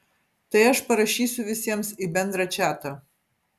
tai aš parašysiu visiems į bendrą čatą